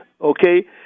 okay